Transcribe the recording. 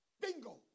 bingo